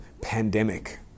pandemic